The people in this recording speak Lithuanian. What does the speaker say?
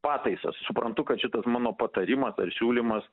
pataisas suprantu kad šitas mano patarimas ar siūlymas